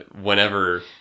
Whenever